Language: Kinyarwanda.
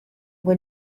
ngo